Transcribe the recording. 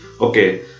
Okay